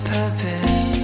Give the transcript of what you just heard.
purpose